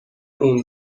اون